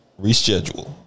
reschedule